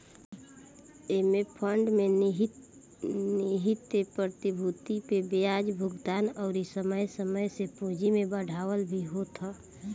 एमे फंड में निहित प्रतिभूति पे बियाज भुगतान अउरी समय समय से पूंजी में बढ़ावा भी होत ह